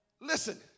Listen